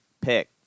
pick